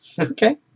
Okay